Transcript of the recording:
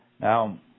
Now